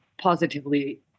positively